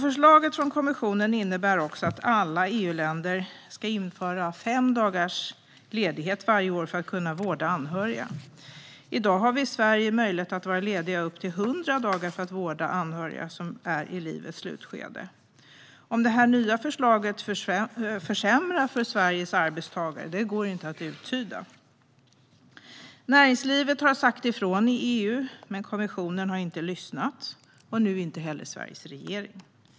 Förslaget från kommissionen innebär också att alla EU-länder ska införa fem dagar ledigt varje år för att kunna vårda anhöriga. I Sverige har vi i dag möjlighet att vara lediga i upp till 100 dagar för att vårda anhöriga som är i livets slutskede. Om det nya förslaget försämrar för Sveriges arbetstagare går inte att uttyda. Näringslivet har sagt ifrån i EU, men kommissionen har inte lyssnat. Nu lyssnar inte heller Sveriges regering.